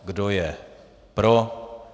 Kdo je pro?